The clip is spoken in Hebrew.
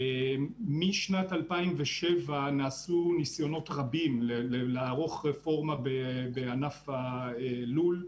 משנת 2007 נעשו ניסיונות רבים לערוך רפורמה בענף הלול,